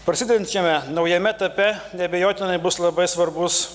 prasidedančiame naujame etape neabejotinai bus labai svarbus